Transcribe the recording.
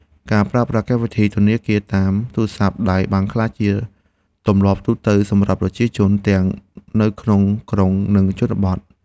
ការប្រើប្រាស់កម្មវិធីធនាគារតាមទូរស័ព្ទដៃបានក្លាយជាទម្លាប់ទូទៅសម្រាប់ប្រជាជនទាំងនៅក្នុងក្រុង និងជនបទ។